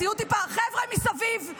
חבר'ה מסביב,